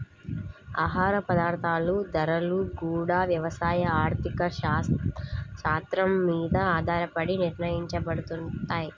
ఆహార పదార్థాల ధరలు గూడా యవసాయ ఆర్థిక శాత్రం మీద ఆధారపడే నిర్ణయించబడతయ్